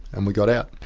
and we got out.